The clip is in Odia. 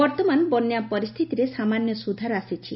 ବର୍ଉମାନ ବନ୍ୟା ପରିସ୍ରିତିରେ ସାମାନ୍ୟ ସୁଧାର ଆସିଛି